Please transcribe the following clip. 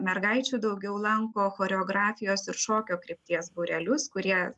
mergaičių daugiau lanko choreografijos ir šokio krypties būrelius kurie